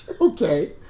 Okay